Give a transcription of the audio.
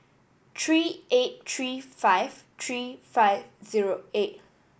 three eight three five three five zero eight